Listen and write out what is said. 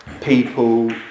people